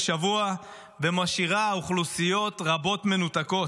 שבוע ומשאירה אוכלוסיות רבות מנותקות,